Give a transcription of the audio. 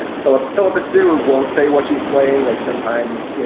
and philip philip assumed won't say what she's playing like sometimes, you know